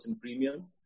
premium